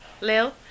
Lil